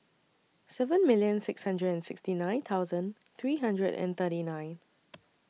seven million six hundred and sixty nine thousand three hundred and thirty nine